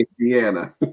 Indiana